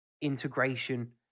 integration